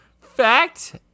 Fact